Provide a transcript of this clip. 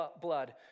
blood